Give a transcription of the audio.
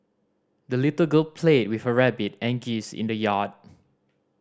the little girl played with her rabbit and geese in the yard